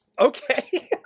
Okay